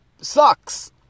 sucks